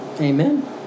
amen